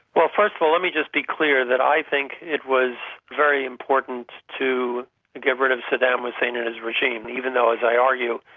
well, first of all, let me just be clear that i think it was very important to get rid of saddam hussein and his regime, even though, as i argue,